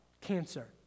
cancer